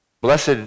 Blessed